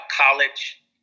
college